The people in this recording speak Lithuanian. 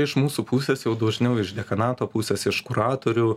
iš mūsų pusės jau dažniau iš dekanato pusės iš kuratorių